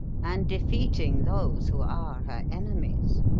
and defeating those who are her enemies.